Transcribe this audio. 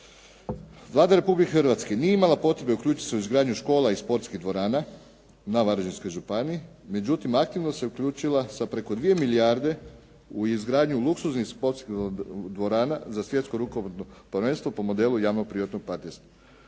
Vlada Republike Hrvatske nije imala potrebu uključiti se u izgradnju škola i sportskih dvorana na Varaždinskoj županiji, međutim aktivno se uključila sa preko 2 milijarde u izgradnju luksuznih sportskih dvorana za svjetsko rukometno prvenstvo po modelu javno-privatnog partnerstva.